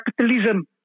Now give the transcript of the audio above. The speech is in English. capitalism